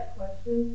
question